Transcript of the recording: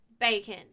bacon